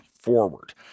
forward